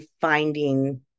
finding